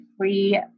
free